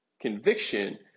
conviction